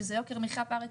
שזה יוקר המחיה פר אקסלנס,